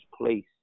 place